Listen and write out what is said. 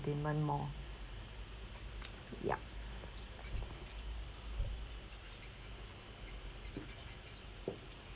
entertainment more yup